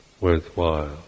worthwhile